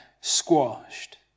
squashed